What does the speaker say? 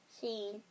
seen